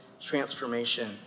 transformation